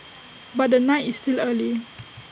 but the night is still early